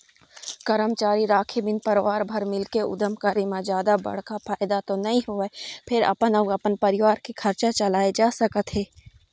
करमचारी राखे बिन परवार भर मिलके उद्यम करे म जादा बड़का फायदा तो नइ होवय फेर अपन अउ अपन परवार के खरचा चलाए जा सकत हे